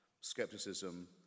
skepticism